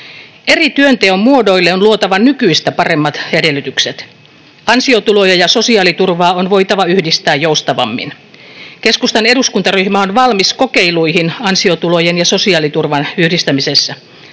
Työnteon eri muodoille on luotava nykyistä paremmat edellytykset. Ansiotuloja ja sosiaaliturvaa on voitava yhdistää joustavammin. Keskustan eduskuntaryhmä on valmis kokeiluihin ansiotulojen ja sosiaaliturvan yhdistämisessä.